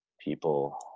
People